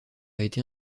été